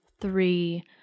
three